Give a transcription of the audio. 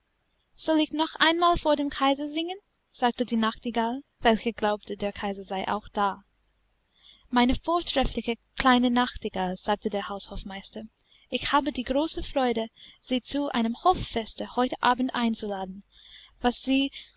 soll ich noch einmal vor dem kaiser singen sagte die nachtigall welche glaubte der kaiser sei auch da meine vortreffliche kleine nachtigall sagte der haushofmeister ich habe die große freude sie zu einem hoffeste heute abend einzuladen was sie